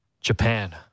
Japan